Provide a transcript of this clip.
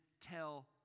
tell